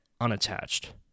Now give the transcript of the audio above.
unattached